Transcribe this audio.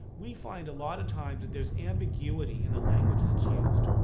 we find, a lot of times, that there's ambiguity in the language that's used.